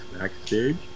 backstage